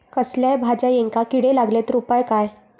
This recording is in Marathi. कसल्याय भाजायेंका किडे लागले तर उपाय काय?